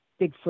Bigfoot